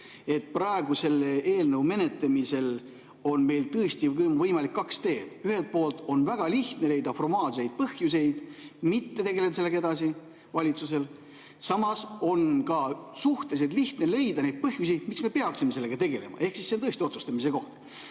et praegu selle eelnõu menetlemisel on meil tõesti võimalik kaks teed. Ühelt poolt on valitsusel väga lihtne leida formaalseid põhjuseid, miks me ei peaks sellega edasi tegelema. Samas on suhteliselt lihtne leida neid põhjuseid, miks me peaksime sellega tegelema. Ehk see on tõesti otsustamise koht.